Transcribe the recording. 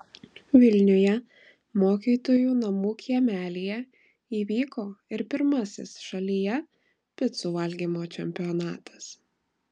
vilniuje mokytojų namų kiemelyje įvyko ir pirmasis šalyje picų valgymo čempionatas